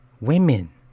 women